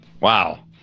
Wow